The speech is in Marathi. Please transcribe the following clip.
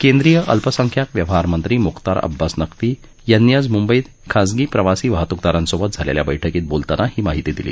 केंद्रीय अल्पसंख्याक व्यवहारमंत्री मुख्तार अब्बास नक्वी यांनी आज मंबईत खाजगी प्रवासी वाहतुकदारांसोबत झालेल्या बैठकीत बोलताना ही माहिती दिली